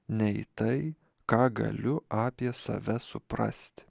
nei tai ką galiu apie save suprasti